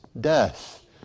death